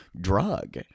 drug